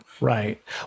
Right